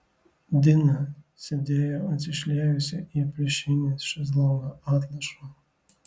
dina sėdėjo atsišliejusi į pliušinį šezlongo atlošą